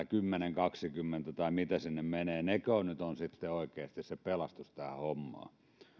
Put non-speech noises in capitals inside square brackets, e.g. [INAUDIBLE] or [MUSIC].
[UNINTELLIGIBLE] kymmenen viiva kaksikymmentä tai mitä sinne menee ovat nyt sitten oikeasti se pelastus tähän hommaan